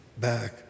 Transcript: back